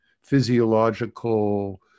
physiological